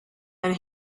and